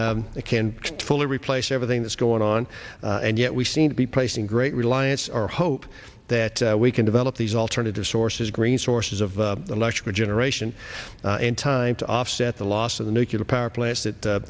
can can fully replace everything that's going on and yet we seem to be placing great reliance our hope that we can develop these alternative sources green sources of electrical generation in time to offset the loss of the nuclear power plants that